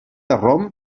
rom